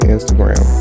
Instagram